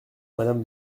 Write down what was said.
madame